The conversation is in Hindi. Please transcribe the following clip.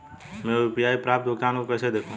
मैं यू.पी.आई पर प्राप्त भुगतान को कैसे देखूं?